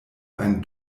ein